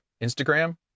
Instagram